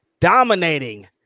dominating